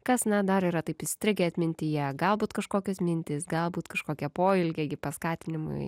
kas na dar yra taip įstrigę atmintyje galbūt kažkokios mintys galbūt kažkokie poelgiai gi paskatinimui